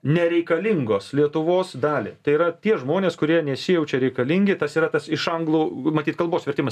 nereikalingos lietuvos dalį tai yra tie žmonės kurie nesijaučia reikalingi tas yra tas iš anglų matyt kalbos vertimas